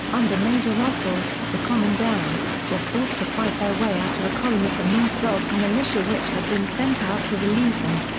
under major russell, the commandant, were forced to fight their way out to a column of the north zhob sort of militia which had been sent out to relieve them.